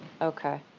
Okay